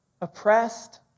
oppressed